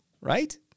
right